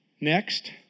Next